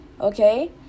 Okay